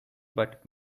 but